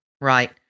Right